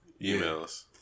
emails